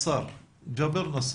ג'אבר נסר.